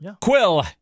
Quill